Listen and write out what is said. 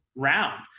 round